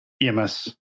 EMS